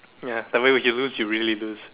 ya that way when you lose you really lose